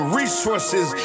resources